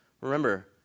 Remember